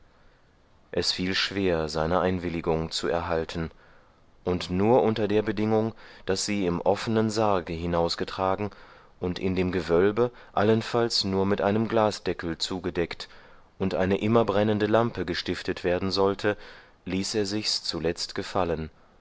es fiel schwer seine einwilligung zu erhalten und nur unter der bedingung daß sie im offenen sarge hinausgetragen und in dem gewölbe allenfalls nur mit einem glasdeckel zugedeckt und eine immerbrennende lampe gestiftet werden sollte ließ er sichs zuletzt gefallen